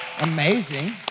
Amazing